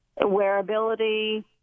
Wearability